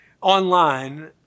online